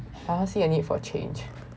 I don't see a need for change